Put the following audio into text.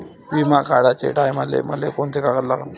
बिमा काढाचे टायमाले मले कोंते कागद लागन?